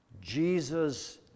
Jesus